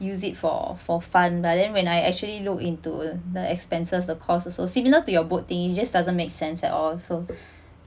use it for for fun but then when I actually look into the expenses the cost also similar to your boat thing it just doesn't make sense at all so